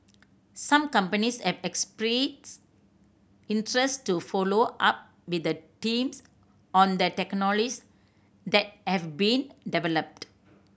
some companies have expressed interest to follow up with the teams on the technologies that have been developed